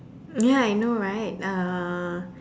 ya I know right uh